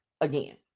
Again